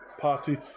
party